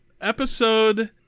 episode